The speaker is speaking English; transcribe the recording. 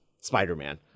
Spider-Man